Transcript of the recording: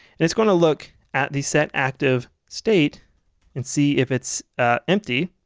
and it's going to look at the setactive state and see if it's empty.